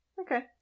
Okay